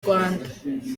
rwanda